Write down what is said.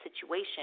situation